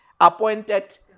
appointed